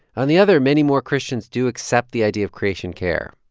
on the other, many more christians do accept the idea of creation care,